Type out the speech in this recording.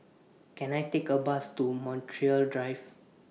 Can I Take A Bus to Montreal Drive